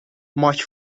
much